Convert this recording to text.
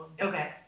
Okay